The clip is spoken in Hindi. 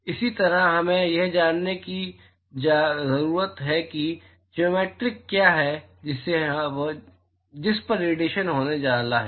तो इसी तरह हमें यह जानने की जरूरत है कि वह ज्योमेट्रिक क्या है जिस पर रेडिएशन होने वाला है